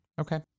Okay